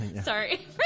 sorry